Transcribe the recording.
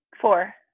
four